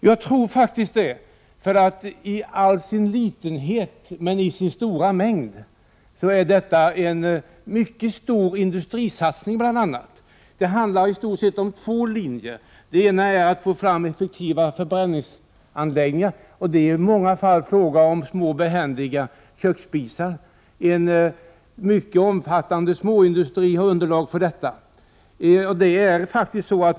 Jag tror faktiskt det, därför att detta i all sin litenhet men i sin stora mängd är en mycket stor industrisatsning. Det handlar i stort sett om två linjer. Den ena är att få fram effektiva förbränningsanläggningar. Det är i många fall fråga om små behändiga köksspisar, mycket omfattande småindustrier.